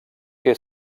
què